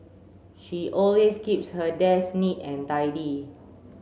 she always keeps her desk neat and tidy